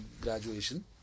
graduation